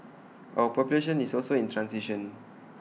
our population is also in transition